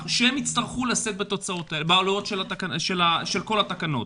שהם יצטרכו לשאת בעלויות של כל התקנות.